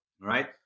right